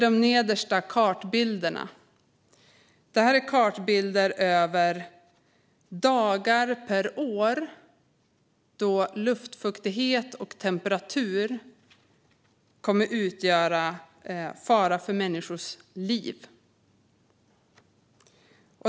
De nedersta kartbilderna visar dagar per år då luftfuktighet och temperatur kommer att utgöra en fara för människors liv.